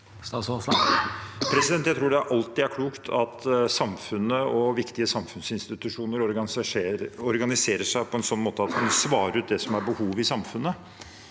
Jeg tror det alltid er klokt at samfunnet og viktige samfunnsinstitusjoner organiserer seg på en sånn måte at en svarer ut det som er behovet i samfunnet.